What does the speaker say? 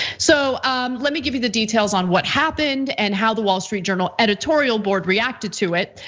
so let me give you the details on what happened and how the wall street journal editorial board reacted to it.